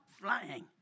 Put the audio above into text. flying